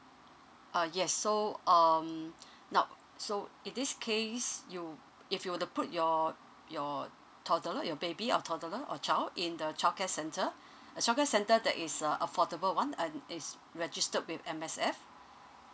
uh yes so um now so in this case you if you were to put your your toddler your baby or toddler or child in the childcare center a childcare center that is uh affordable one and is registered with M_S_F